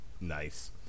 Nice